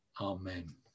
amen